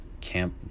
Camp